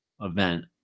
event